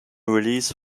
release